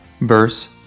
verse